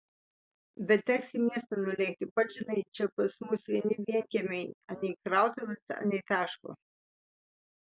bet teks į miestą nulėkti pats žinai čia pas mus vieni vienkiemiai anei krautuvės anei taško